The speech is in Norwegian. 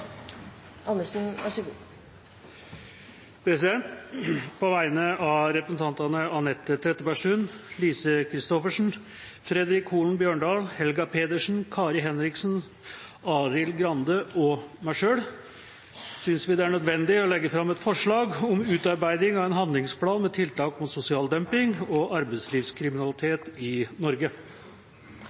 Andersen vil framsette et representantforslag. På vegne av representantene Anette Trettebergstuen, Lise Christoffersen, Fredric Holen Bjørdal, Helga Pedersen, Kari Henriksen, Arild Grande og meg selv vil jeg legge fram – vi synes det er nødvendig – et forslag om utarbeiding av en handlingsplan med tiltak mot sosial dumping og arbeidslivskriminalitet i Norge.